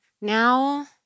now